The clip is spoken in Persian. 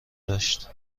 داشت